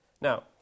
Now